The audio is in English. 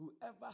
whoever